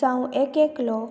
जावं एक एकलो